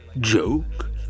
Joke